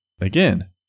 Again